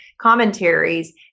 commentaries